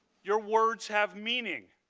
your words have meaning.